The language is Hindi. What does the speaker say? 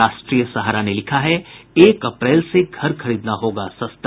राष्ट्रीय सहारा ने लिखा है एक अप्रैल से घर खरीदना होगा सस्ता